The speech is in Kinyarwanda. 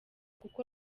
kuko